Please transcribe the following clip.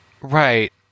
Right